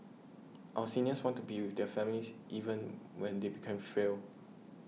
our seniors want to be with their families even when they become frail